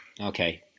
okay